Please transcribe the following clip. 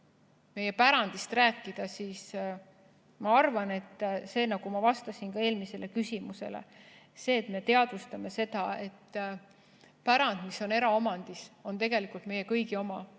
meie pärandist rääkida, siis ma arvan nii, nagu ma vastasin ka eelmisele küsimusele, et tuleb teadvustada seda: pärand, mis on eraomandis, on tegelikult meie kõigi oma.